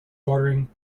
bordering